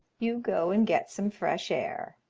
you go and get some fresh air,